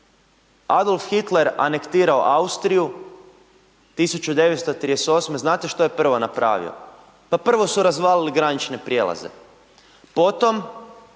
Adolf Hitler anektirao Austriju 1938 znate što je prvo napravio? Pa prvo su razvalili granične prijelaze. Potom